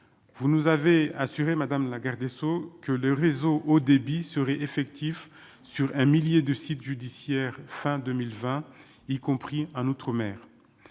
vous nous avez assuré Madame la Garde des Sceaux, que les réseaux haut débit serait effectif sur un millier de sites judiciaire fin 2020, y compris en Outre-mer,